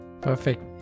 Perfect